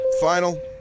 Final